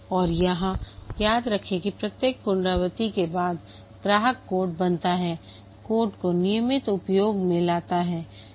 और यहां याद रखें कि प्रत्येक पुनरावृत्ति के बाद ग्राहक कोड बनाता है कोड को नियमित उपयोग में लाता है